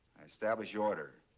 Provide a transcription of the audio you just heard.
establish order,